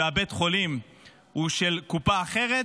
ובית החולים הוא של קופה אחרת,